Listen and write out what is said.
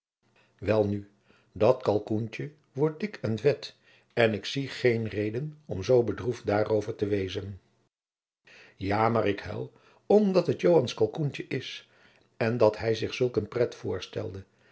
welnu dat kalkoentje wordt dik en vet en ik zie geen reden om zoo bedroefd daarover te wezen ja maar ik huil omdat het joans kalkoentje is en dat hij zich zulk een pret voorstelde